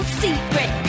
secret